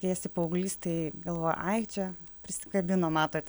kai esi paauglys tai galvoji ai čia prisikabino matot